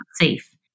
safe